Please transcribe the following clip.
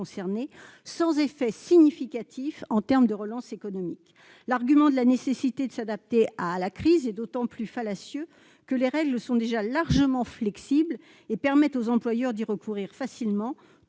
concernés, sans effet notable en termes de relance économique. L'argument de la nécessité de s'adapter à la crise est d'autant plus fallacieux que les règles sont déjà largement flexibles et que les employeurs peuvent y recourir facilement